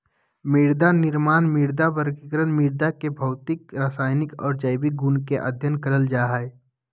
मृदानिर्माण, मृदा वर्गीकरण, मृदा के भौतिक, रसायनिक आर जैविक गुण के अध्ययन करल जा हई